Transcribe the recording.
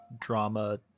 drama